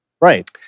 Right